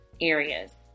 areas